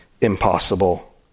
impossible